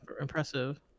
impressive